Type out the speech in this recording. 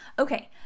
Okay